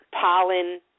pollen